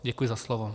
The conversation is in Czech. Děkuji za slovo.